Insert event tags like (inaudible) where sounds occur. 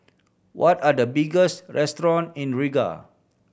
what are the (unintelligible) restaurants in Riga